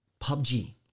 PUBG